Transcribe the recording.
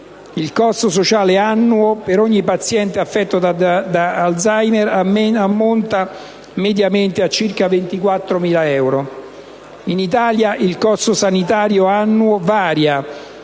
il costo sociale annuo per ogni paziente affetto da demenza ammonta mediamente a circa 24.000 euro. In Italia il costo sanitario annuo varia,